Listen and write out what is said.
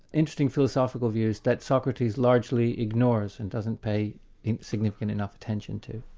interesting philosophical views that socrates largely ignores and doesn't pay significant enough attention to.